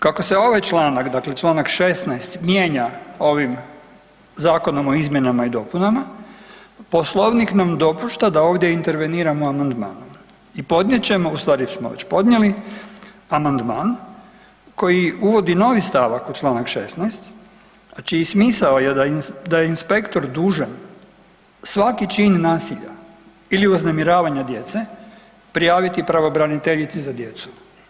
Kako se ovaj članak, dakle čl. 16. mijenja ovim Zakonom o izmjenama i dopunama, Poslovnik nam dopušta da ovdje interveniramo amandmanom i podnijet ćemo, u stvari smo već podnijeli amandman koji uvodi novi stavak u čl. 16., a čiji smisao je da je inspektor dužan svaki čin nasilja ili uznemiravanja djece prijaviti pravobraniteljici za djecu.